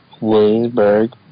Williamsburg